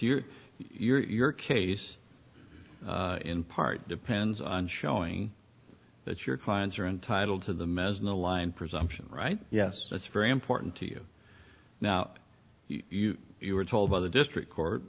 your your case in part depends on showing that your clients are entitled to them as in the line presumption right yes it's very important to you now you you were told by the district court